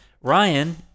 Ryan